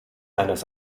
eines